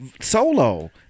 solo